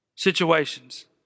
situations